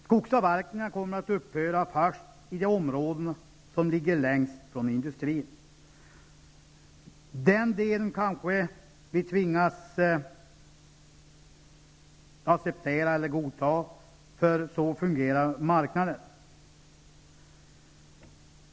Skogsavverkningarna kommer att upphöra först i de områden som ligger längst bort från industrin. Det är ett förhållande som vi kanske måste godta, för så fungerar marknaden.